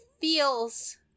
feels